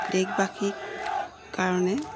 দেশবাসীৰ কাৰণে